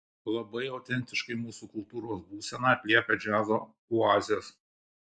labai autentiškai mūsų kultūros būseną atliepia džiazo oazės